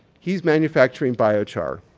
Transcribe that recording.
he's manufacturing biochar.